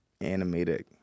animated